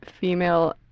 female